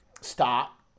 stop